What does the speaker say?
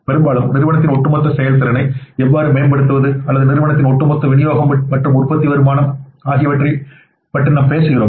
பெரும்பாலும் நிறுவனத்தின் ஒட்டுமொத்த செயல்திறனை எவ்வாறு மேம்படுத்துவது அல்லது நிறுவனத்தின் ஒட்டுமொத்த விநியோகம் மற்றும் உற்பத்தி வருமானம் ஆகியவற்றைப் பற்றி நாம் பேசுகிறோம்